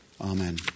Amen